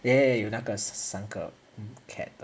ya 有那个三个 cat